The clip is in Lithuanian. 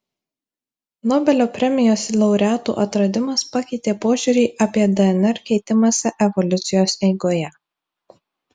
nobelio premijos laureatų atradimas pakeitė požiūrį apie dnr keitimąsi evoliucijos eigoje